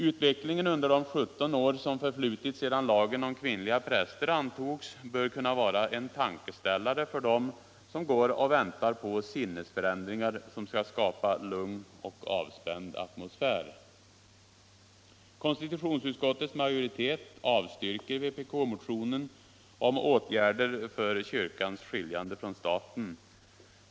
Utvecklingen under de 17 år som förflutit sedan lagen om kvinnliga präster antogs bör kunna vara en tankeställare för dem som går och väntar på sinnesförändringar som skall skapa en lugn och avspänd atmosfär! Konstitutionsutskottets majoritet avstyrker vpk-motionen om åtgärder för kyrkans skiljande från staten.